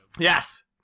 Yes